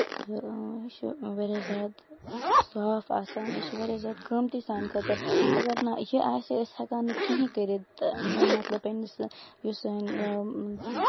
تہٕ یہ چھُ واریاہ زیادٕ صاف آسان یہِ چھُ واریاہ زیادٕ قۭمتی سانہِ خٲطرٕ اَگر نہٕ یہِ آسہِ أسۍ ہٮ۪کاو نہٕ کِہینۍ کٔرِتھ تہٕ مطلب أمِس یُس سٲنۍ